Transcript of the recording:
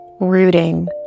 rooting